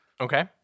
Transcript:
Okay